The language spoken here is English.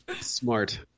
Smart